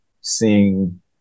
seeing